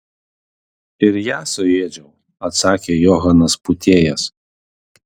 ir ją suėdžiau atsakė johanas pūtėjas